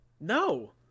no